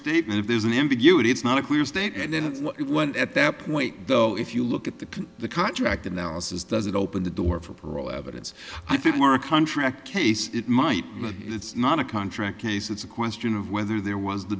statement if there's an ambiguity it's not a clear state and then it went at that point though if you look at the the contract analysis doesn't open the door for parole evidence i think more a contract case it might not it's not a contract case it's a question of whether there was the